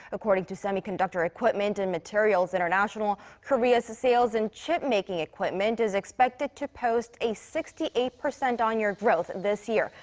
according to semiconductor equipment and materials international, korea's sales in chipmaking equipment is expected to post a sixty eight percent on-year growth this year,